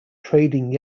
trading